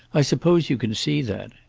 i suppose you can see that.